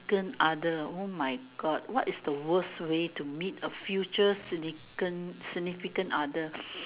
can't other oh my God what is the worst way to meet a future significant significant other